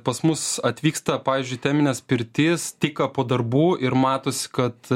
pas mus atvyksta pavyzdžiui temines pirtis tik ką po darbų ir matosi kad